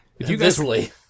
Visually